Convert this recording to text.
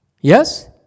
Yes